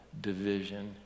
division